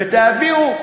ותעבירו,